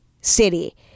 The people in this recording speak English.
city